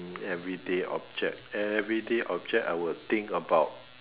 hmm everyday object everyday object I would think about